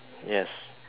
yes